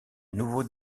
nouveaux